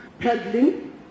Peddling